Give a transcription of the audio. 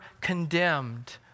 condemned